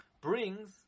brings